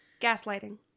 gaslighting